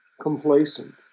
complacent